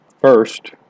First